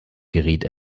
geriet